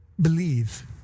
believe